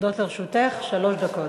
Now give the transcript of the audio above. עומדות לרשותך שלוש דקות.